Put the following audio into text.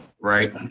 Right